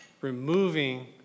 removing